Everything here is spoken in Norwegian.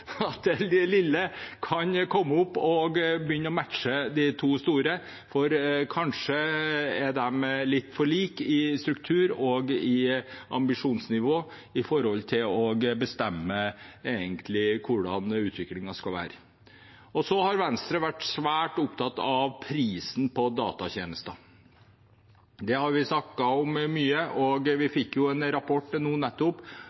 at det lille kan komme opp og begynne å matche de to store, for kanskje er de litt for like i struktur og i ambisjonsnivå til å bestemme hvordan utviklingen skal være. Venstre har vært svært opptatt av prisen på datatjenester. Det har vi snakket mye om, og vi fikk en rapport nå nettopp